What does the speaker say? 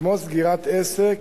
כמו סגירת עסק